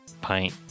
pint